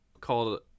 called